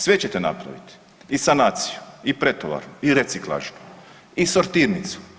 Sve ćete napraviti i sanaciju i pretovaru i reciklažnu i sortirnicu.